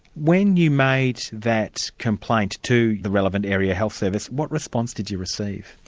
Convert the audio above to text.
when you made that complaint to the relevant area health service, what response did you receive?